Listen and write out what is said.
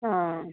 ആ